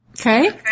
Okay